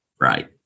Right